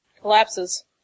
Collapses